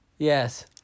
Yes